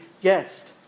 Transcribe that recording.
guest